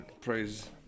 praise